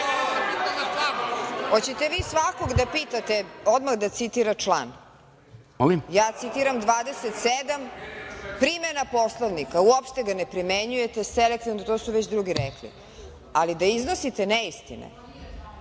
Hoćete vi svakoga da pitate odmah da citira član? Ja citiram član 27. primena Poslovnika. Uopšte ga ne primenjujete, selektivno, to su već drugi rekli, ali da iznosite neistine,